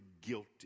guilty